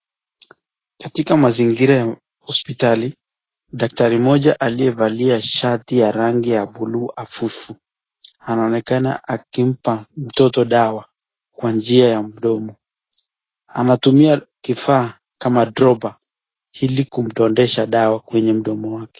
Katika mazingira ya hospitali, daktari mmoja aliyevaa shati ya rangi ya blue hafifu. Anaonekana akimpa mtoto dawa kwa njia ya mdomo. Anatumia kifaa kama dropper ili kumdondosha dawa kwenye mdomo wake.